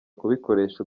kubikoresha